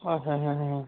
ہَے ہَے ہَے ہَے ہَے